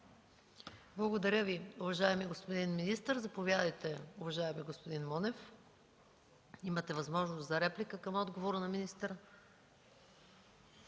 Благодаря Ви, уважаеми господин министър. Заповядайте, уважаеми господин Монев. Имате възможност за реплика към отговора на министъра.